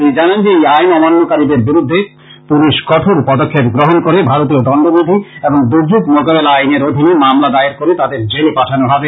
তিনি জানান যে আইন অমান্যকারিদের বিরুদ্ধে পুলিশ কঠোর পদক্ষেপ গ্রহণ করে ভারতীয় দন্ডবিধি এবং দুর্যোগ মোকাবিলা আইনের অধীনে মামলা দায়ের করে তাদের জেলে পাঠানো হবে